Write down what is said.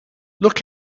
look